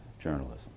journalism